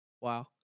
Wow